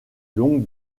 longue